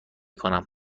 کنم